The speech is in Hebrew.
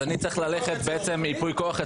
אז אני צריך ללכת לעורך דין לייפוי כוח,